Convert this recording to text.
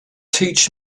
teach